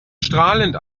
strahlend